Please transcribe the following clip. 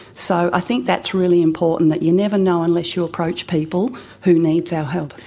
so i think that's really important, that you never know unless you approach people who needs our help.